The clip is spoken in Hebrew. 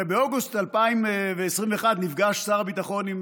הרי באוגוסט 2021 נפגש שר הביטחון עם